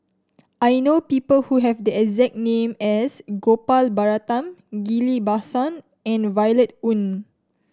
I know people who have the exact name as Gopal Baratham Ghillie Basan and Violet Oon